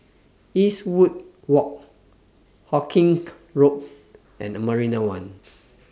Eastwood Walk Hawkinge Road and Marina one